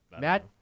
Matt